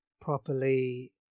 properly